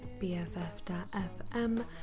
BFF.fm